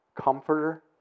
comforter